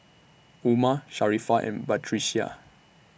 Umar Sharifah and Batrisya